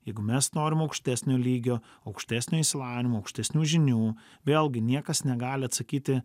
jeigu mes norim aukštesnio lygio aukštesnio išsilavinimo aukštesnių žinių vėlgi niekas negali atsakyti